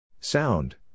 Sound